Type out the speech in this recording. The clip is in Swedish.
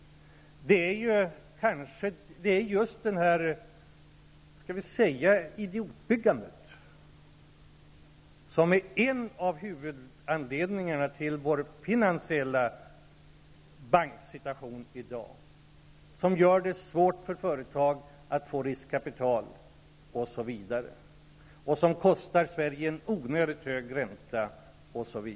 Det är just detta låt oss kalla det idiotbyggande som är en av huvudanledningarna den finansiella situationen för bankerna i dag och som gör det svårt för företagen att få riskkapital. Det kostar Sverige en onödigt hög ränta.